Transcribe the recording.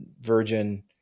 virgin